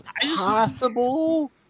possible